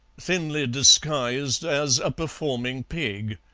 thinly disguised as a performing pig.